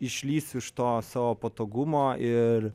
išlįs iš to savo patogumo ir